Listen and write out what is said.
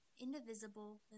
indivisible